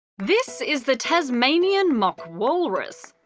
this is the tasmanian mock walrus.